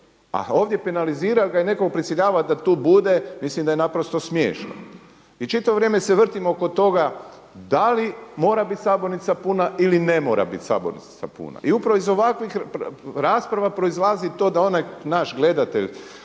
a ovdje penalizirat i nekoga prisiljavat da tu bude mislim da je naprosto smiješno. I čitavo vrijeme se vrtimo oko toga da li mora biti sabornica puna ili ne mora biti sabornica puna. I upravo iz ovakvih rasprava proizlazi to da onaj naš gledatelj